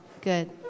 good